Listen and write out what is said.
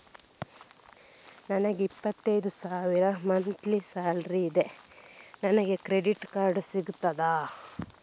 ನನಗೆ ಇಪ್ಪತ್ತೈದು ಸಾವಿರ ಮಂತ್ಲಿ ಸಾಲರಿ ಇದೆ, ನನಗೆ ಕ್ರೆಡಿಟ್ ಕಾರ್ಡ್ ಸಿಗುತ್ತದಾ?